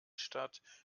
stadt